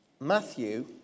Matthew